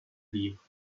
livres